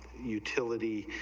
utility,